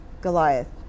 Goliath